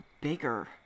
bigger